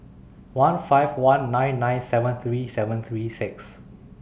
one five one nine nine seven three seven three six